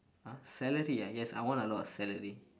!huh! celery ah yes I want a lot of salary